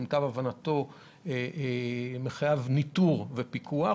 שלמיטב הבנתו מחייבים ניטור ופיקוח.